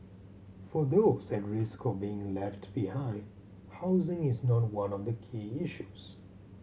for those at risk of being left behind housing is not one of the key issues